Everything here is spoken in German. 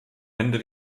ende